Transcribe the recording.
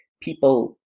People